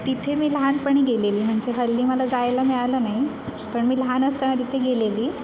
तिथे मी लहानपणी गेलेले म्हणजे हल्ली मला जायला मिळालं नाही पण मी लहान असताना तिथे गेलेले